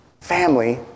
family